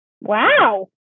Wow